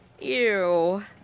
Ew